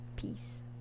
Peace